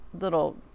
little